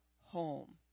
home